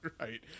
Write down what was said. Right